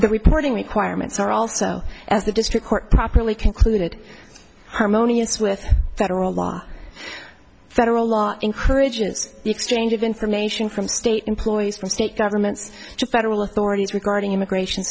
the reporting requirements are also as the district court properly concluded harmonious with federal law federal law encourages the exchange of information from state employees from state governments to federal authorities regarding immigration